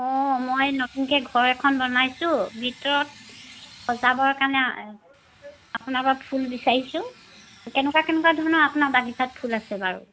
অঁ মই নতুনকৈ ঘৰ এখন বনাইছোঁ ভিতৰত সজাবৰ কাৰণে আপোনাৰ পৰা ফুল বিচাৰিছোঁ কেনেকুৱা কেনেকুৱা ধৰণৰ আপোনাৰ বাগিছাত ফুল আছে বাৰু